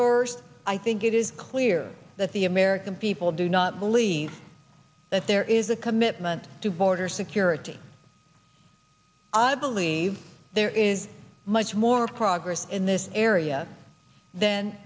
forest i think it is clear that the american people do not believe that there is a commitment to border security i believe there is much more progress in this area th